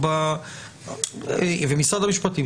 ומשרד המשפטים,